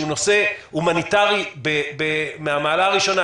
שהוא נושא הומניטרי מהמעלה הראשונה,